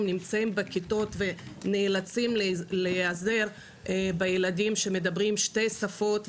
הם נמצאים בכיתות והם נאלצים להיעזר בילדים שדוברים שתי שפות.